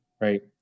right